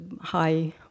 high